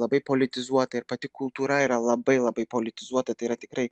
labai politizuota ir pati kultūra yra labai labai politizuota tai yra tikrai